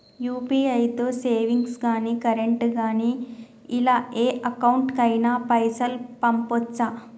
UPI తో savings గాని current గాని ఇలా ఏ అకౌంట్ కైనా పైసల్ పంపొచ్చా?